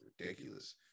ridiculous